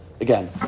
Again